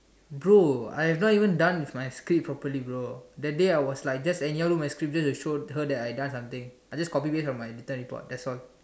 bro I not even done with my script properly bro that day I was like just anyhow wrote my script just to show her that I done something I just copy paste on my data report that's all